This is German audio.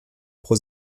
pro